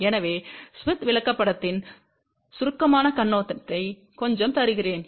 எனவே ஸ்மித் விளக்கப்படத்தின் சுருக்கமான கண்ணோட்டத்தை கொஞ்சம் தருகிறேன்